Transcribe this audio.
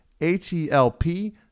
H-E-L-P